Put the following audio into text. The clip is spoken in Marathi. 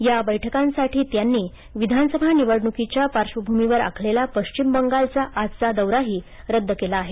या बैठकांसाठी त्यांनी विधानसभा निवडणुकीच्या पार्श्वभूमीवर आखलेला पश्चिम बंगालचा आजचा दौराही त्यांनी रद्द केला आहे